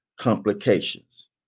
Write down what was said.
complications